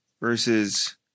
versus